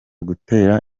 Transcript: gutera